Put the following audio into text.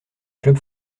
clubs